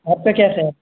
آپ کا کیا خیال